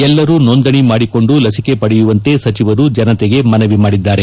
ಎಲ್ಲರೂ ಸೋಂದಣಿ ಮಾಡಿಕೊಂಡು ಲಸಿಕೆ ಪಡೆಯುವಂತೆ ಸಚಿವರು ಜನತೆಗೆ ಮನವಿ ಮಾಡಿದ್ದಾರೆ